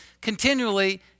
continually